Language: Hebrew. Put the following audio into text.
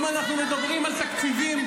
אם אנחנו מדברים על תקציבים,